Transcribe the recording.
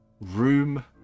room